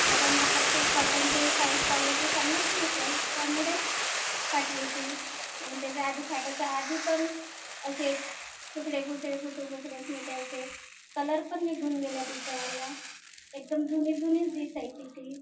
याचा मतलब ते कॉटनचे काही कॉलेटी चांगलीच नसेल त्यामुळेच फाटली ती आणि त्याच्या आधी फाटायच्या आधीपण असेच तुसडे फुसडे फुसुफुसडेच निघायचे कलरपण निघून गेला तेचावाला एकदम जुने जुनीच दिसायची ती